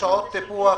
לשעות טיפוח